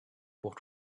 what